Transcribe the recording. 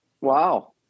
wow